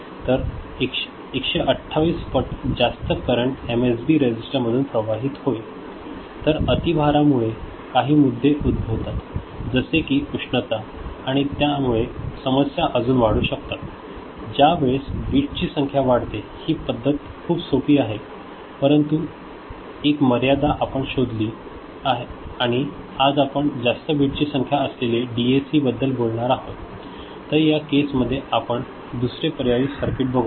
तर 128 पट जास्त करंट एमएसबी रेझिस्टर मधुन प्रवाहित होईल तर अति भारा मुळे काही मुद्दे उद्भवतात जसे की उष्णता आणि त्या मुळे समस्या अजून वाढू शकतात ज्या वेळेस बीट ची संख्या वाढते ही पद्धत खूप सोपी आहे परंतु ही एक मर्यादा आपण शोधली आणि आज आपण जास्त बीट ची संख्या असलेले डी ए सी बद्दल बोलणार आहोत तर या केस मध्ये आपण दुसरे पर्यायी सर्किट बघुया